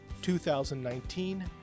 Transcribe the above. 2019